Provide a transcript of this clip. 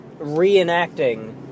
reenacting